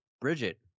Bridget